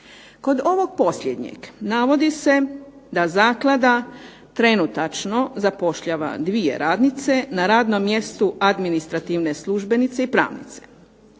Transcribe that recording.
Kod ovog posljednjeg navodi se da zaklada trenutačno zapošljava dvije radnice na radnom mjestu administrativne službenice i pravnice.